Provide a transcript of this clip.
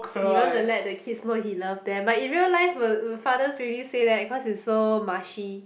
he want to let the kids know he love them but in real life would would fathers really say that cause it's so mushy